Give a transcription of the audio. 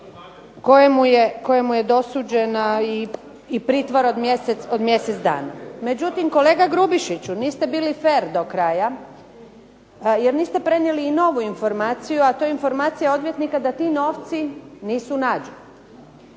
kojemu je dosuđen i pritvor od mjesec dana. Međutim kolega Grubišiću, niste bili fer do kraja jer niste prenijeli i novu informaciju, a to je informacija odvjetnika da ti novci nisu nađeni.